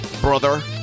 brother